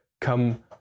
come